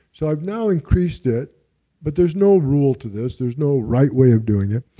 so i've now increased it but there's no rule to this there's no right way of doing it,